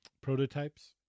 prototypes